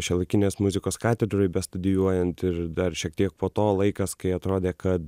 šiuolaikinės muzikos katedroj bestudijuojant ir dar šiek tiek po to laikas kai atrodė kad